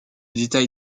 détail